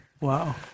Wow